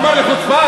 נא לשבת,